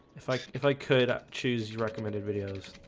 if i if i could i choose you recommended videos.